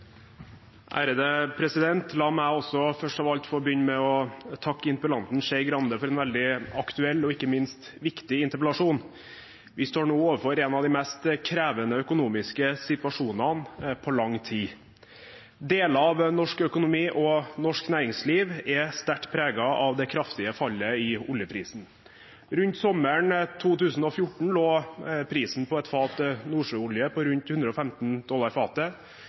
La meg også først av alt få takke interpellanten Skei Grande for en veldig aktuell og ikke minst viktig interpellasjon. Vi står nå overfor en av de mest krevende økonomiske situasjonene på lang tid. Deler av norsk økonomi og norsk næringsliv er sterkt preget av det kraftige fallet i oljeprisen. Rundt sommeren 2014 lå prisen på et fat nordsjøolje på rundt 115 dollar.